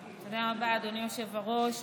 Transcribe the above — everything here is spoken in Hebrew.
היושב-ראש.